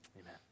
amen